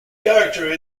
character